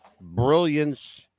brilliance